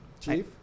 Chief